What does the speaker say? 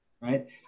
Right